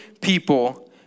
people